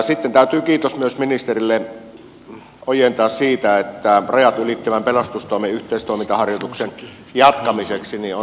sitten täytyy kiitos myös ministerille ojentaa siitä että rajat ylittävän pelastustoimen yhteistoimintaharjoituksen jatkamiseksi on rahoitus saatu